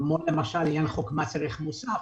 כמו עניין חוק מס ערך מוסף,